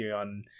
on